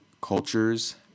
cultures